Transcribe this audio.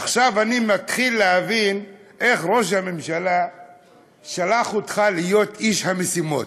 עכשיו אני מתחיל להבין איך ראש הממשלה שלח אותך להיות איש המשימות.